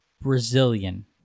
brazilian